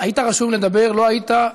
היית רשום לדבר, לא היית.